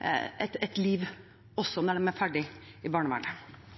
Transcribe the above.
et liv også når de er ferdige i barnevernet.